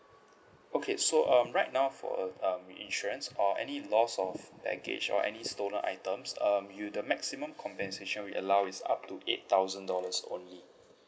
okay so um right now for uh um insurance or any loss of baggage or any stolen items um you the maximum compensation we allow is up to eight thousand dollars only